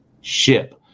ship